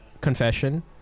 confession